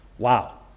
Wow